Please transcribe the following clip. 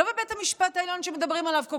לא בבית המשפט העליון שמדברים עליו כל